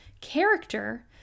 Character